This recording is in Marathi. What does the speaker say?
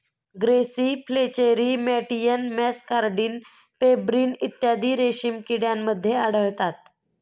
ग्रेसी फ्लेचेरी मॅटियन मॅसकार्डिन पेब्रिन इत्यादी रेशीम किड्यांमध्ये आढळतात